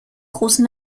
großen